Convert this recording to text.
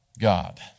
God